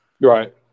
Right